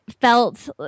felt